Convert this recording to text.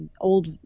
old